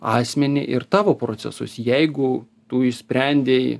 asmenį ir tavo procesus jeigu tu išsprendei